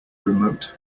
remote